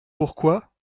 pourquoi